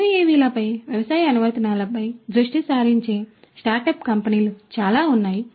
యుఎవిలపై వ్యవసాయ అనువర్తనాలపై దృష్టి సారించే స్టార్టప్ కంపెనీలు చాలా ఉన్నాయి